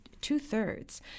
two-thirds